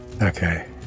Okay